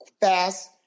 fast